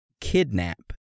kidnap